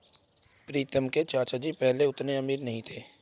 प्रीतम के चाचा जी पहले उतने अमीर नहीं थे